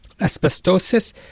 Asbestosis